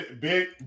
Big